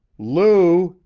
lou!